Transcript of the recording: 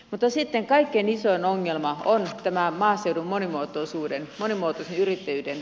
mutta sitten kaikkein isoin ongelma on tämä maaseudun monimuotoisen yrittäjyyden unohtaminen